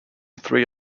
three